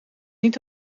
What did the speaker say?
niet